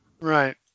Right